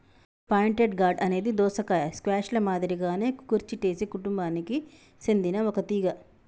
pointed gourd అనేది దోసకాయ, squash ల మాదిరిగానే కుకుర్చిటేసి కుటుంబానికి సెందిన ఒక తీగ